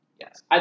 Yes